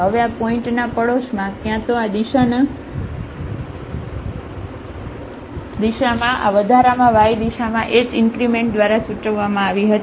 હવે આ પોઇન્ટના આ પાડોશમાં ક્યાં તો આ દિશામાં આ વધારામાં y દિશામાં h ઇન્ક્રિમેન્ટ દ્વારા સૂચવવામાં આવી હતી કે